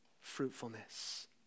fruitfulness